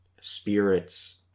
spirits